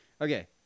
Okay